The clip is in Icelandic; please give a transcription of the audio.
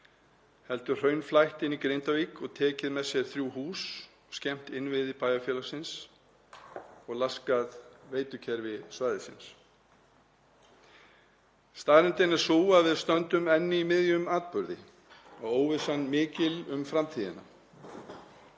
hefur hraun flætt inn í Grindavík og tekið með sér þrjú hús, skemmt innviði bæjarfélagsins og laskað veitukerfi svæðisins. Staðreyndin er sú að við stöndum enn í miðjum atburði og óvissan er mikil um framtíðina.